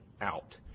out